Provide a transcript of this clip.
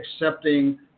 accepting